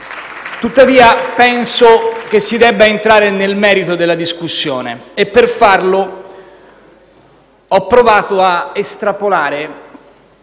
Tuttavia, penso che si debba entrare nel merito della discussione e per farlo ho provato a estrapolare